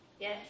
Yes